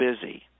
busy